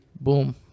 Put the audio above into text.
Boom